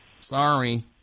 Sorry